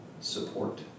support